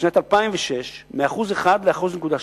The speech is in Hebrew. בשנת 2006, מ-1% ל-1.7%.